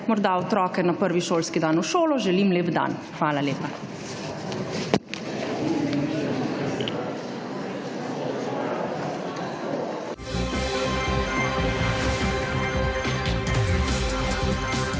morda otroke na prvi šolski dan v šolo, želim lep dan. Hvala lepa.